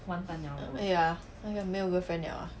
ya 那个没有 girlfriend liao ah